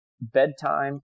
bedtime